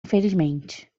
infelizmente